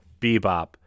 Bebop